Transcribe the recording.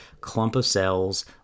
clump-of-cells